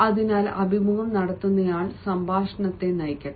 അതിനാൽ അഭിമുഖം നടത്തുന്നയാൾ സംഭാഷണത്തെ നയിക്കട്ടെ